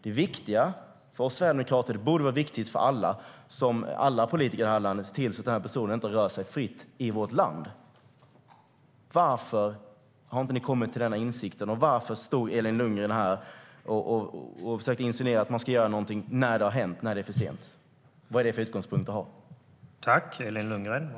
Det viktiga för oss sverigedemokrater - det borde vara viktigt för alla politiker i det här landet - är att se till att den här personen inte rör sig fritt i vårt land. Varför har inte ni kommit till den insikten? Varför stod Elin Lundgren här och försökte insinuera att man ska göra någonting när det har hänt, när det är för sent? Vad är det för utgångspunkt att ha?